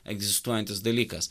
egzistuojantis dalykas